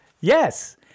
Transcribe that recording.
Yes